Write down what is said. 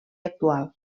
actual